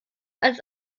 als